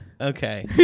Okay